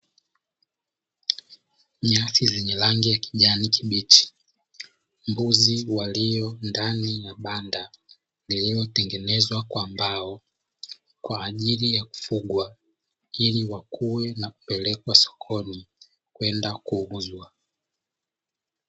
Nyasi zenye rangi ya kijani kibichi, mbuzi walio ndani ya banda lililotengenezwa kwa mbao kwa ajili ya kufugwa ili wakue na kupelekwa sokoni kwenda kuuzwa.